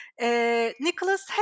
Nicholas